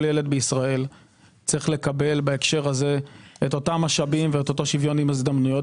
כל ילד בישראל צריך לקבל בהקשר הזה אותם משאבים ואותו שוויון הזדמנויות.